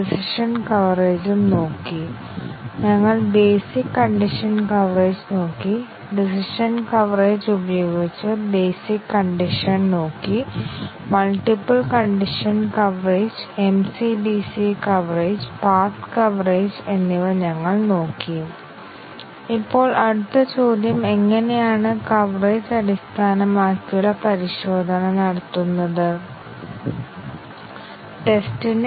linear control transfer നടക്കുന്ന ഒരു trivial പ്രോഗ്രാമിനായി ബ്രാഞ്ചുകൾ ഇല്ല അത് ഒരു ലീനിയർ ഗ്രാഫ് മാത്രമായിരിക്കും അതേസമയം റിയലിസ്റ്റിക് പ്രോഗ്രാമുകളിൽ ഇത് ഒരു സങ്കീർണ്ണ ഗ്രാഫ് ആയിരിക്കും ഒരു പ്രോഗ്രാമിനായി കൺട്രോൾ ഫ്ലോ ഗ്രാഫ് വരയ്ക്കാൻ ഞങ്ങൾ ആഗ്രഹിക്കുന്നു അതുവഴി ലിനെയാർലി ഇൻഡിപെൻഡെന്റ് പാതകളും അവയ്ക്ക് ആവശ്യമായ കവറേജും എന്താണെന്ന് ഞങ്ങൾക്ക് നിർവചിക്കാൻ കഴിയും